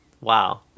Wow